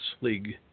League